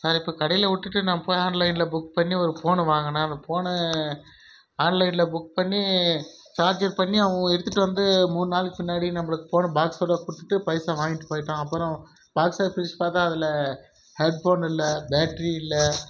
நான் இப்போ கடையில் விட்டுட்டு நான் போய் ஆன்லைனில் புக் பண்ணி ஒரு ஃபோனு வாங்கினேன் அந்த ஃபோனு ஆன்லைனில் புக் பண்ணி சார்ஜர் பண்ணி அவங்க எடுத்துட்டு வந்து மூணு நாள் பின்னாடி நம்மளுக்கு ஃபோனை பாக்ஸோடு கொடுத்துட்டு பைசா வாங்கிட்டு போய்விட்டான் அப்புறம் பாக்ஸை பிரித்து பார்த்தா அதில் ஹெட்ஃபோன் இல்லை பேட்ரி இல்லை